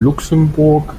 luxemburg